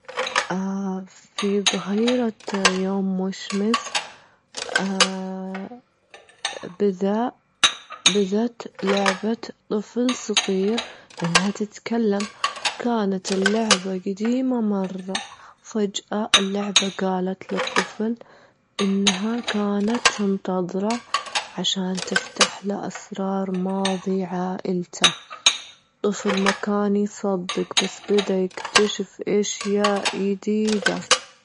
في ظهيرة يوم مشمس بدأت- بدأت لعبة طفل صغير إنها تتكلم، كانت اللعبة جديمة مرة، فجأة اللعبة جالت للطفل إنها كانت تنتظره عشان تفتح له أسرار ماضي عائلته، الطفل ما كان يصدق بس بدا يكتشف أشيا يديدة.